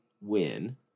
win